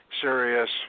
serious